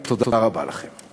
תודה רבה לכם.